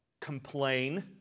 Complain